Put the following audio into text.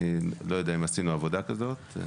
אני לא יודע אם עשינו עבודה כזאת.